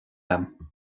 agam